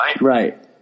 Right